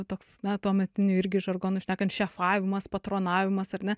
toks na tuometiniu irgi žargonu šnekant šefavimas patronavimas ar ne